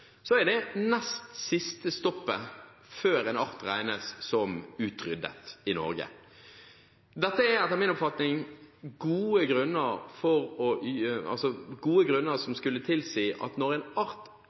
regnes som utryddet i Norge. Dette er etter min oppfatning gode grunner som skulle tilsi at når en art